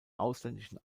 ausländischen